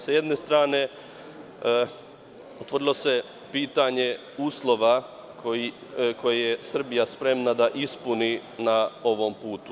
Sa jedne strane otvorilo se pitanje uslova koje je Srbija spremna da ispuni na ovom putu.